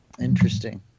Interesting